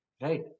right